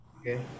Okay